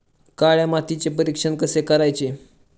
काळ्या मातीचे परीक्षण कसे करायचे?